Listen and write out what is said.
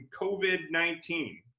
COVID-19